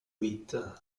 huit